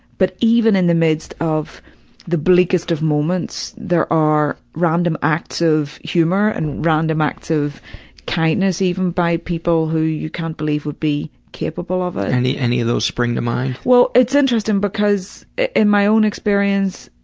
but even in the midst of the bleakest of moments there are random acts of humor and random acts of kindness even by people who you can't believe would be capable of it. any any of those spring to mind? well, it's interesting, because in my own experience,